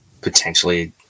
potentially